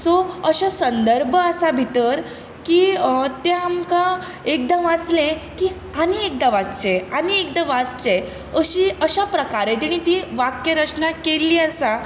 so अशे संदर्भ आसा भितर की तें आमकां एकदां वाचलें की आनी एकदां वाच्चें आनी एकदां वाच्चें अशी अशा प्रकारे तिणी ती वाक्य रचना केल्ली आसा